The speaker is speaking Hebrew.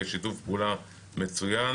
יש שיתוף פעולה מצויין.